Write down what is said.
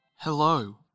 Hello